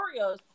Oreos